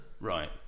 right